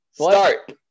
Start